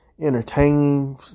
entertaining